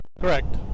Correct